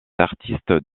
artistes